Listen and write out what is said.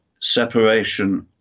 separation